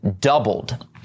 doubled